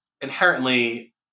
inherently